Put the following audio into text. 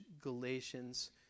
Galatians